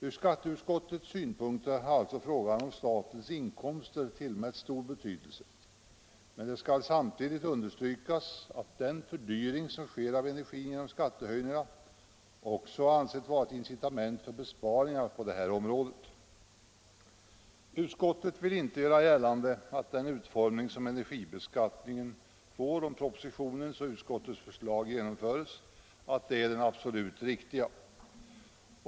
Från skatteutskottets synpunkt har alltså frågan om statens inkomster tillmätts stor betydelse, men det skall samtidigt understrykas att den fördyring av energin som sker genom skattehöjningarna också har ansetts vara ett incitament för besparingar på området. Utskottet vill inte göra gällande att den utformning som energibeskattningen får om propositionens och utskottets förslag genomförs är den absolut riktiga.